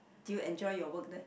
do you enjoy your work there